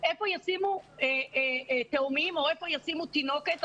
איפה ישימו תאומים או איפה ישימו תינוקת?